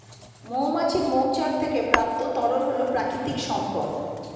মৌমাছির মৌচাক থেকে প্রাপ্ত তরল হল প্রাকৃতিক সম্পদ